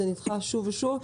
זה נדחה שוב ושוב.